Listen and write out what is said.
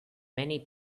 many